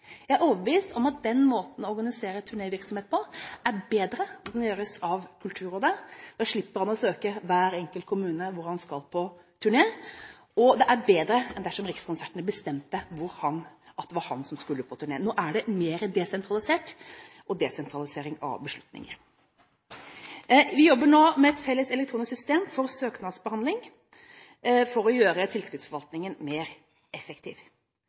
Jeg er overbevist om at den måten å organisere turnévirksomhet på er bedre enn at det gjøres av Kulturrådet. Da slipper han å søke hver enkelt kommune hvor han skal på turné, og det er bedre enn om Rikskonsertene bestemte at det var han som skulle på turné. Nå er det mer desentralisert – og desentralisering av beslutninger. Vi jobber nå med et felles elektronisk system for søknadsbehandling for å gjøre tilskuddsforvaltningen mer effektiv.